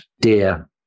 dear